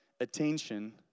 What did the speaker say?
attention